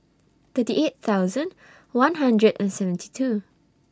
thirty eight thousand one hundred and seventy two